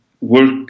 work